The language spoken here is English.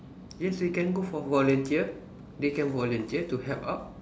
yes we can go for volunteer they can volunteer to help out